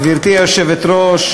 גברתי היושבת-ראש,